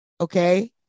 Okay